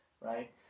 right